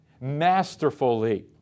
masterfully